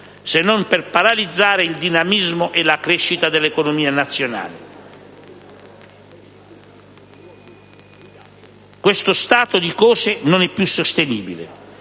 se non per paralizzare, il dinamismo e la crescita dell'economia nazionale. Questo stato di cose non è più sostenibile,